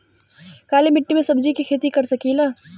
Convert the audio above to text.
काली मिट्टी में सब्जी के खेती कर सकिले?